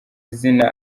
izina